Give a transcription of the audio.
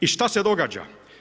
I šta se događa?